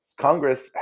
Congress